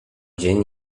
dzień